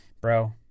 bro